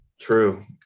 True